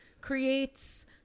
creates